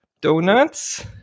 donuts